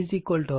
85 volt R 56